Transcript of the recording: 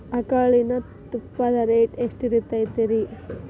ಆಕಳಿನ ತುಪ್ಪದ ರೇಟ್ ಎಷ್ಟು ಇರತೇತಿ ರಿ?